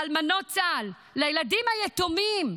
לאלמנות צה"ל, לילדים היתומים.